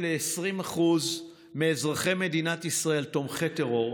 ל-20% מאזרחי מדינת ישראל תומכי טרור,